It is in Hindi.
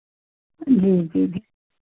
जी जी जी